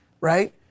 right